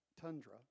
Tundra